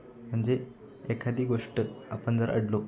म्हणजे एखादी गोष्टीत आपण जर अडलो